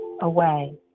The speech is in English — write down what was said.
away